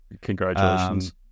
Congratulations